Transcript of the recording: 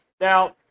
Now